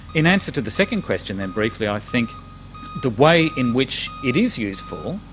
in answer to the second question then, briefly, i think the way in which it is useful,